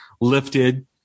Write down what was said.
lifted